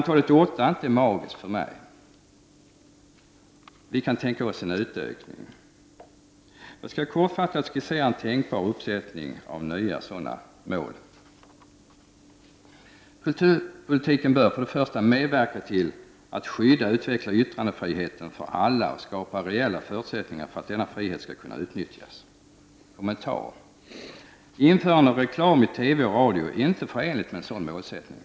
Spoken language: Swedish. Talet åtta är inte magiskt — vi kan tänka oss en utökning. Jag skall kortfattat skissera en tänkbar uppsättning nya sådana mål. För det första bör kulturpolitiken medverka till att skydda och utveckla yttrandefriheten för alla och skapa reella förutsättningar för att denna frihet skall kunna utnyttjas. Kommentar: Införande av reklam i TV och radio är inte förenligt med en sådan målsättning.